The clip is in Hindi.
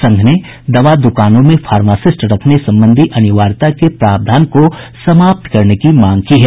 संघ ने दवा दुकानों में फार्मासिस्ट रखने संबंधी अनिवार्यता को प्रावधान को समाप्त करने की मांग की है